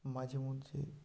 মাঝে মাঝে